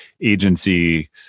agency